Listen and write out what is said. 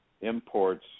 imports